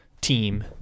team